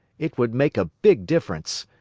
it would make a big difference.